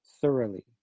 thoroughly